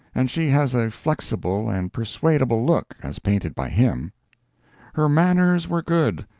and she has a flexible and persuadable look, as painted by him her manners were good,